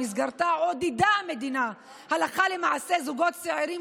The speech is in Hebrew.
שבמסגרתה עודדה המדינה הלכה למעשה זוגות צעירים